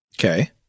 Okay